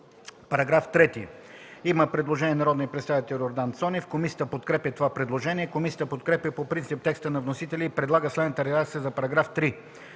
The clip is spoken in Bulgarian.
По § 3 има предложение на народния представител Йордан Цонев. Комисията подкрепя това предложение. Комисията подкрепя по принцип текста на вносителя и предлага следната редакция за § 3: „§ 3.